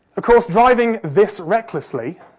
of course, driving this recklessly